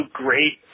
great